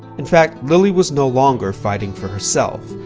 in fact lilly was no longer fighting for herself.